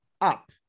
up